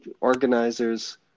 organizers